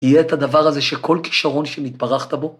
י‫היה את הדבר הזה שכל כישרון ‫שנתברכת בו...